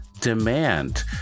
demand